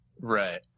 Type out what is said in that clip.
Right